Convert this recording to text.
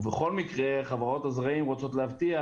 ובכל מקרה, חברות הזרעים רוצות להבטיח